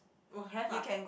!wah! have ah